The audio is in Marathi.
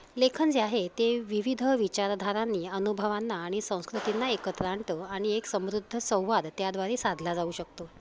लेखन जे आहे ते विविध विचारधारांनी अनुभवांना आणि संस्कृतींना एकत्र आणतं आणि एक समृद्ध संवाद त्याद्वारे साधला जाऊ शकतो